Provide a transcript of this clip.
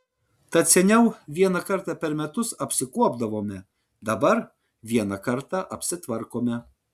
tad seniau vieną kartą per metus apsikuopdavome dabar vieną kartą apsitvarkome